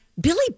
Billy